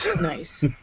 Nice